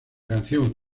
canción